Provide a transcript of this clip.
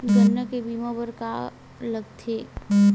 गन्ना के बीमा बर का का लगथे?